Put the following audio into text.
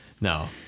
no